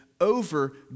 over